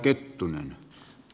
kiitos